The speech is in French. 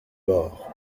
morts